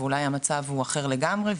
ואולי המצב הוא אחר לגמרי.